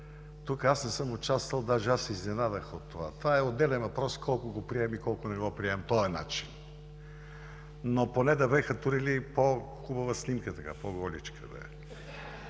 Тук аз не съм участвал. Даже аз се изненадах от това. Отделен въпрос е колко го приемам и колко не този начин. Но поне да бяха турили по-хубава снимка, по-голичка, така.